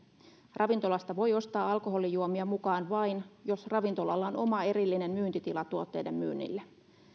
ravintolasta voi ostaa alkoholijuomia mukaan vain jos ravintolalla on oma erillinen myyntitila tuotteiden myynnille